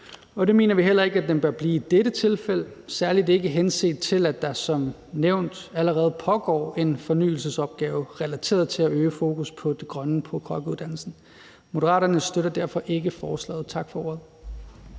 og det mener vi heller ikke den bør blive i dette tilfælde, særlig ikke henset til at der som nævnt allerede pågår en fornyelsesopgave relateret til at øge fokus på det grønne på kokkeuddannelsen. Moderaterne støtter derfor ikke forslaget. Tak for ordet.